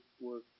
work